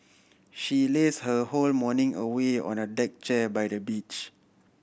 she laze her whole morning away on a deck chair by the beach